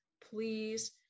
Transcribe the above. please